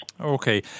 Okay